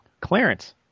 clarence